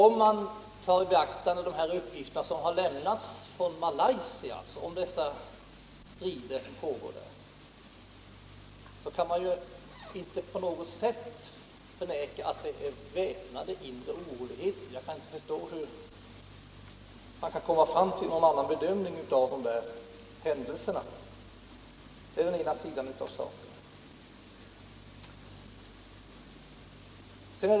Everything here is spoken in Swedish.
Om man tar i beaktande de uppgifter som har lämnats från Malaysia om striderna som pågår där, kan man inte på något sätt förneka att där förekommer väpnade inre oroligheter. Jag kan inte förstå hur man kan göra någon annan bedömning av händelserna där. Det är den ena sidan av saken.